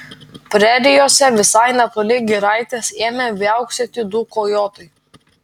prerijose visai netoli giraitės ėmė viauksėti du kojotai